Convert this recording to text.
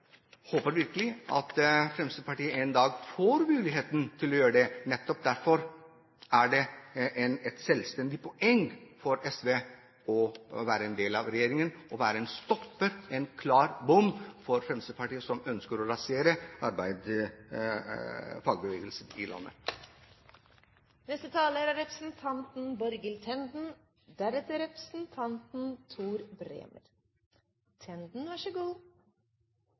håper virkelig at Fremskrittspartiet en dag får muligheten til det. Nettopp derfor er det et selvstendig poeng for SV å være en del av regjeringen og være en stopper, en klar bom, for Fremskrittspartiet, som ønsker å rasere fagbevegelsen i landet. Det var representanten